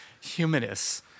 humanists